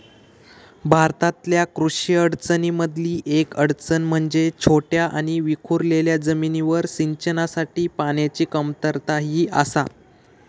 भारतातल्या कृषी अडचणीं मधली येक अडचण म्हणजे छोट्या आणि विखुरलेल्या जमिनींवर सिंचनासाठी पाण्याची कमतरता ही आसा